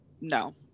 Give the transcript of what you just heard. no